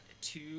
two